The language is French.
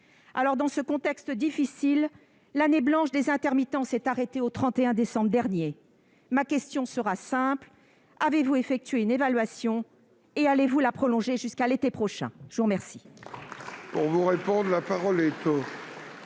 mois. Dans ce contexte difficile, l'année blanche des intermittents s'est arrêtée le 31 décembre dernier. Ma question est simple : avez-vous effectué une évaluation, et allez-vous prolonger le soutien jusqu'à l'été prochain ? La parole